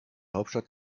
hauptstadt